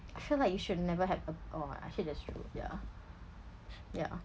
I feel like you should never have a or actually that's true yeah yeah